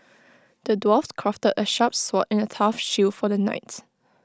the dwarf crafted A sharp sword and A tough shield for the knight